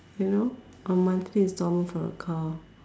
you know a monthly instalment for a car